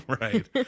Right